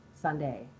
Sunday